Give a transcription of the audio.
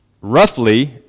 roughly